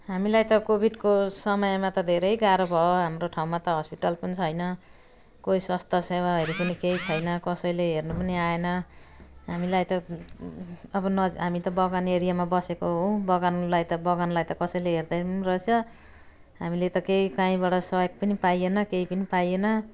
हामीलाई त कोभिडको समयमा त धेरै गाह्रो भयो हाम्रो ठाउँमा त हस्पिटल पनि छैन कोही स्वास्थ्य सेवाहरू पनि केही छैन कसैले हेर्नु पनि आएन हामीलाई त अब त नजा हामी त बगान एरियामा बसेको हो बगानेलाई त बगानलाई त कसैले हेर्दैनन् पनि रहेछ हामीले त केही कहीँबाट सहयोग पनि पाइएन केही पनि पाइएन